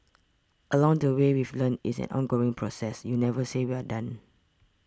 along the way we've learnt it's an ongoing process you never say we're done